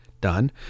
done